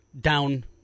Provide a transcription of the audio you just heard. down